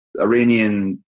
Iranian